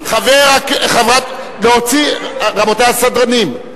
רבותי הסדרנים.